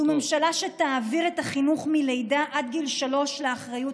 זו ממשלה שתעביר את החינוך מלידה עד גיל שלוש לאחריות